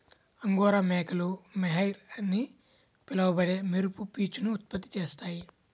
angora మేకలు mohair అని పిలువబడే మెరుపు పీచును ఉత్పత్తి చేస్తాయి